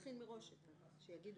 להכין את ההסתייגויות